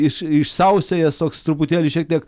iš išsausėjęs toks truputėlį šiek tiek